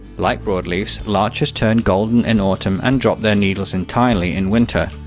like broadleafs, larches turn golden in autumn and drop their needles entirely in winter.